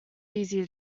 easy